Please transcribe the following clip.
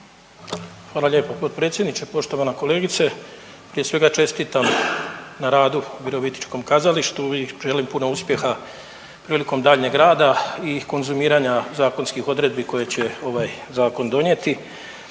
Zahvaljujem potpredsjedniče. Poštovana kolegice prije svega čestitam na radu Virovitičkom kazalištu i želim puno uspjeha prilikom daljnjeg rada i konzumiranja zakonskih odredbi koje će ovaj zakon donijeti.